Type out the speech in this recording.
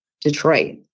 Detroit